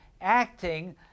acting